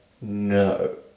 No